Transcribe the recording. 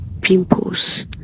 pimples